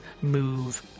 move